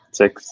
six